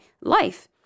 life